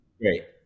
Great